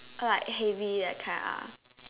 like heavy that kind ah